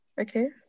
Okay